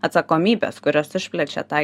atsakomybes kurios išplečia tą